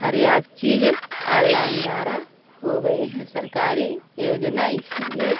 हर एक चीज़ ऑनलाइन द्वारा हो गई है सरकारी योजना इसीलिए